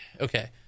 Okay